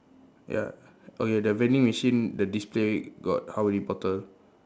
ya okay that vending machine the display got how many bottle